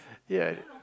ya